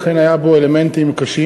אכן היו בו אלמנטים קשים.